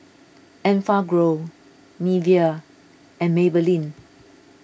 Enfagrow Nivea and Maybelline